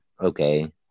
okay